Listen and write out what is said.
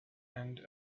and